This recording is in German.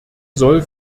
soll